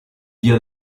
via